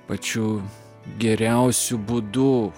pačiu geriausiu būdu